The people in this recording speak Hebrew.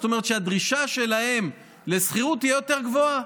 זאת אומרת שהדרישה שלהם לשכירות תהיה יותר גבוהה.